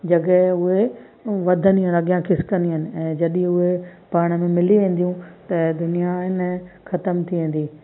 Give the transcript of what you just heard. जॻहि उहे वधंदियूं आहिनि अॻियां खिस्कंदियूं आहिनि ऐं जॾहिं उहे पाण में मिली वेंदियूं त दुनिया इहे न ख़तम थी वेंदी